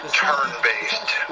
turn-based